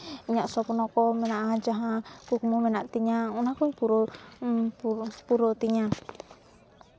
ᱤᱧᱟᱹᱜ ᱥᱚᱯᱱᱚᱠᱚ ᱢᱮᱱᱟᱜᱼᱟ ᱡᱟᱦᱟᱸ ᱠᱩᱠᱢᱩ ᱢᱮᱱᱟᱜ ᱛᱤᱧᱟᱹ ᱚᱱᱟ ᱠᱚᱹᱧ ᱯᱩᱨᱟᱹᱣ ᱯᱩᱨᱟᱹᱣ ᱛᱤᱧᱟᱹ